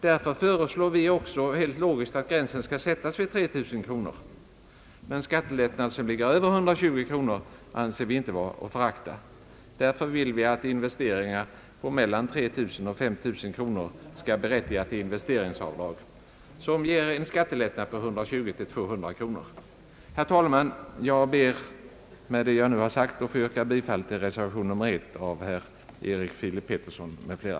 Därför föreslår vi också att det skall sättas en gräns vid 3 000 kronor. Men skattelättnader som ligger över 120 kronor anser vi inte vara att förakta. Därför vill vi att investeringar på mellan 3 000 och 5 000 kronor skall berättiga till investeringsavdrag som ger en skattelättnad på 120 till 200 kronor. Herr talman! Jag ber att få yrka bifall till reservation nr 1 av herr Erik Filip Petersson m.fl.